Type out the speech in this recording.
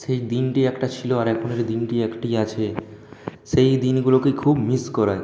সেই দিনটি একটা ছিল আর এখনের দিনটি একটি আছে সেই দিনগুলোকে খুব মিস করায়